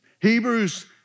Hebrews